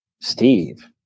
Steve